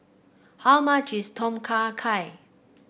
how much is Tom Kha Gai